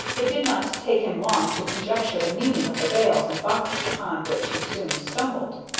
it did not take him long to conjecture the meaning of the bales and boxes upon which he soon stumbled.